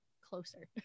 closer